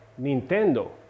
Nintendo